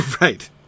Right